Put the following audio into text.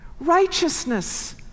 righteousness